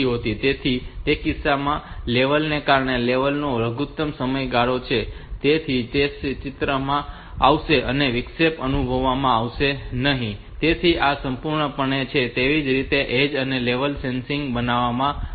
તેથી તે કિસ્સામાં તે લેવલ કારણ કે તે લેવલનો લઘુત્તમ સમયગાળો છે જેથી તે ચિત્રમાં આવશે અને વિક્ષેપ અનુભવવામાં આવશે નહીં તેથી આ મહત્વપૂર્ણ છે તેથી જ તેને ઍજ અને લેવલ સેન્સિટિવ બનાવવામાં આવ્યા છે